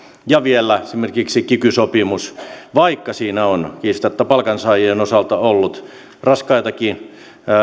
ja vielä esimerkiksi kiky sopimus vaikka siinä on kiistatta palkansaajien osalta ollut raskaitakin